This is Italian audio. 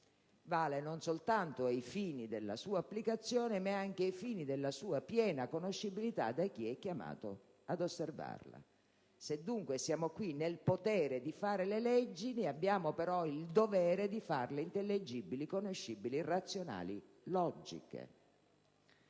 vale soltanto ai fini della sua applicazione, ma anche a quelli della sua piena conoscibilità da chi è chiamato ad osservarla. Se dunque siamo qui nel potere di fare le leggi, abbiamo però il dovere di farle intelligibili, conoscibili, razionali, logiche.